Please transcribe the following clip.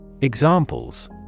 Examples